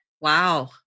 Wow